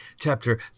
chapter